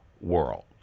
world